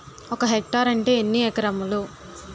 ఒక హెక్టార్ అంటే ఎన్ని ఏకరములు?